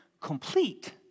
complete